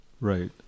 Right